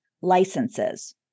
licenses